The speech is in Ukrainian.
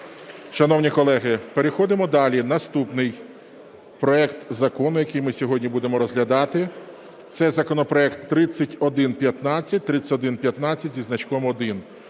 Шановні колеги, переходимо далі. Наступний проект Закону, який ми сьогодні будемо розглядати, це законопроект 3115 і 3115-1.